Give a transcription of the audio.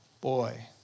Boy